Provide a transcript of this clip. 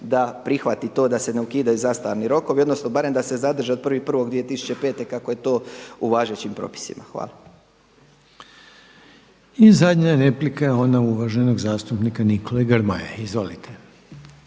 da prihvati to da se ne ukidaju zastarni rokovi, odnosno barem da se zadrže od 1.1.2005. kako je to u važećim propisima. Hvala. **Reiner, Željko (HDZ)** I zadnja replika je ona uvaženog zastupnika Nikole Grmoje. Izvolite.